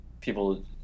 people